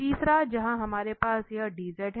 तीसरा जहां हमारे पास यह dz है